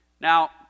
Now